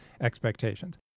expectations